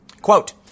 Quote